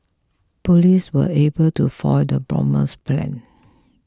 police were able to foil the bomber's plans